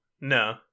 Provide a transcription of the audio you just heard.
no